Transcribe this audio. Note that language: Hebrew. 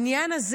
תודה.